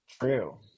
True